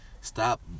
Stop